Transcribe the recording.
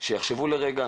שיחשבו לרגע